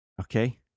Okay